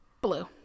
blue